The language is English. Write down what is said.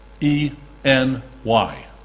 E-N-Y